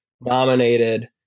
nominated